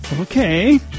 Okay